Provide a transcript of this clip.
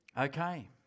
Okay